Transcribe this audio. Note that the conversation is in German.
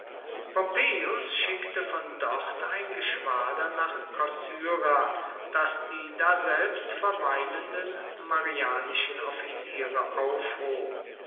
schickte von dort ein geschwader nach kossyra das die daselbst verweilenden marianischen offiziere aufhob